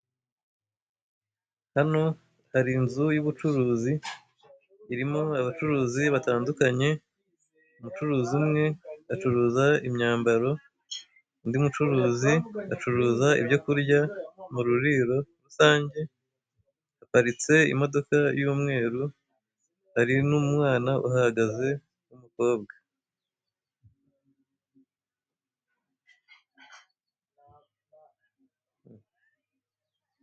Hano hari inzu y'ubucuruzi irimo abacuruzi batandukanye, umucuruzi umwe acuruza imyambaro, undi mucuruzi ibyo kurya mururiro rusanjye, haparitse imodoka y'umweru hari n'umwana uhahagaze w'umukobwa.